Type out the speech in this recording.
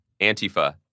Antifa